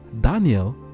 daniel